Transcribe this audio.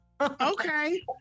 Okay